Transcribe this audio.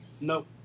Nope